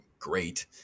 great